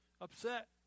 upset